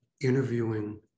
interviewing